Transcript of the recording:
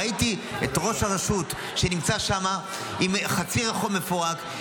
ראיתי את ראש הרשות שנמצא שם עם חצי רחוב מפורק,